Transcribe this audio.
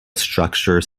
structure